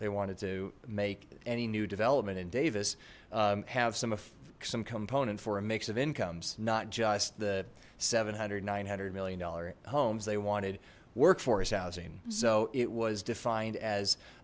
they wanted to make any new development in davis have some of some component for a mix of incomes not just the seven hundred nine hundred million dollar homes they wanted workforce housing so it was defined as